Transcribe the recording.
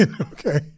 okay